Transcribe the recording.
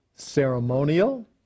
Ceremonial